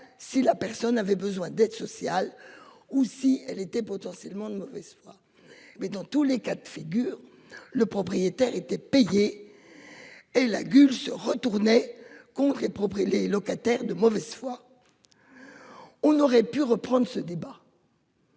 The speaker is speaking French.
si la personne avait besoin d'aide sociale ou si elles étaient potentiellement de mauvaise foi. Mais dans tous les cas de figure, le propriétaire était payé. Et la se retourner contre et propre. Les locataires de mauvaise foi. On aurait pu reprendre ce débat.